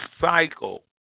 cycle